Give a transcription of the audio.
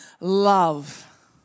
love